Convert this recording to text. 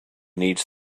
needs